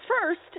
First